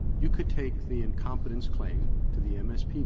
you could take the incompetence claim to the mspb,